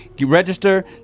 register